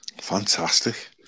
Fantastic